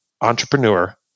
entrepreneur